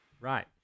Right